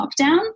lockdown